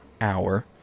hour